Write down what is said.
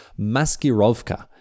Maskirovka